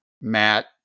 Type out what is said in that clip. matt